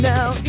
Now